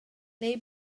neu